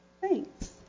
Thanks